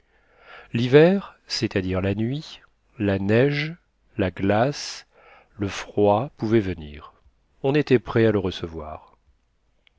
l'hiver c'est-à-dire la nuit la neige la glace le froid pouvait venir on était prêt à le recevoir